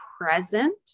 present